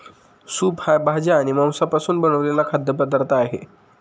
soup हा भाज्या आणि मांसापासून बनवलेला खाद्य पदार्थ आहे